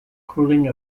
cooling